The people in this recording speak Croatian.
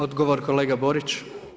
Odgovor kolega Borić.